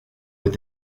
with